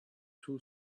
two